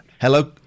Hello